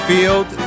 Field